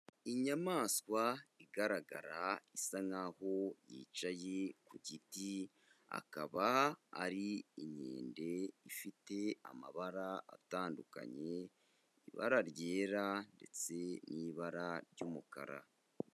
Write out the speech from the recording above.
Inyamaswa igaragara isa nk'aho yicaye ku giti, akaba ari inkende ifite amabara atandukanye, ibara ryera ndetse n'ibara ry'umukara.